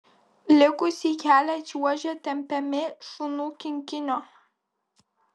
likusį kelią čiuožė tempiami šunų kinkinio